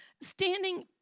standing